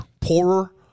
poorer